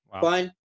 Fine